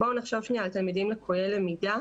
בואו נחשוב שנייה על תלמידים לקויי למידה,